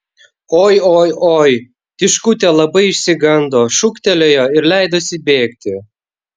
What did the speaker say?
oi oi oi tiškutė labai išsigando šūktelėjo ir leidosi bėgti